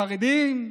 חרדים,